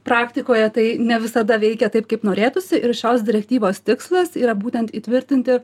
praktikoje tai ne visada veikia taip kaip norėtųsi ir šios direktyvos tikslas yra būtent įtvirtinti